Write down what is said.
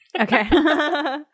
Okay